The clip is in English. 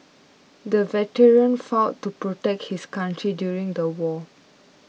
the veteran fought to protect his country during the war